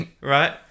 Right